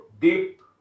deep